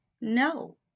no